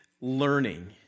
learning